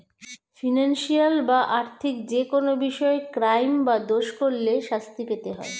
financial বা আর্থিক যেকোনো বিষয়ে ক্রাইম বা দোষ করলে শাস্তি পেতে হয়